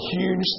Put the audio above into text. huge